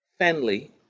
Fenley